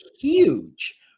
huge